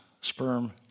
sperm